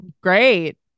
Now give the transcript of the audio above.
great